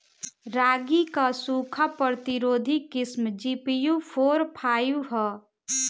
रागी क सूखा प्रतिरोधी किस्म जी.पी.यू फोर फाइव ह?